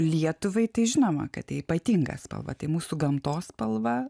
lietuvai tai žinoma kad tai ypatingą spalvą tai mūsų gamtos spalva